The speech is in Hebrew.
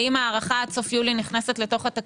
האם ההארכה עד סוף יולי נכנסת לתקציב?